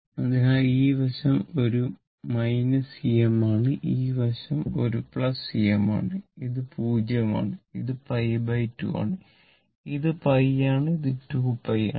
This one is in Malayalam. അതിനാൽ ഈ വശം ഒരു Em ആണ് ഈ വശം ഒരു Em ആണ് ഇത് 0 ആണ് ഇത് π2 ആണ് ഇത് π ആണ് ഇത് 2 π ആണ്